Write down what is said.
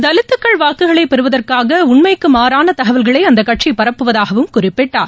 தலித்கள் வாக்குகளை பெறுவதற்காக உண்மைக்கு மாறான தகவல்களை அந்தக்கட்சி பரப்புவதாகவும் குறிப்பிட்டார்